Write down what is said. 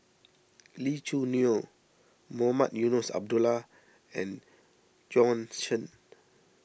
Lee Choo Neo Mohamed Eunos Abdullah and Bjorn Shen